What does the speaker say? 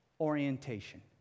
orientation